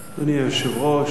אדוני היושב-ראש,